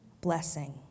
blessing